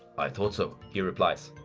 i thought so he replies.